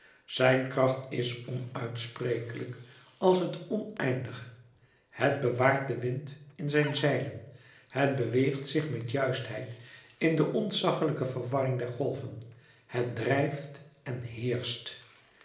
zijn kracht is onuitsprekelijk als het oneindige het bewaart den wind in zijn zeilen het beweegt zich met juistheid in de ontzaggelijke verwarring der golven het drijft en heerscht